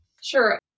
sure